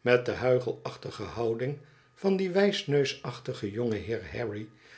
met de huichelachtige houding van dien wijsneusachtigen jongenheer harry